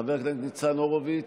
חבר הכנסת ניצן הורוביץ,